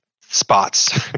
spots